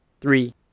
Three